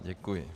Děkuji.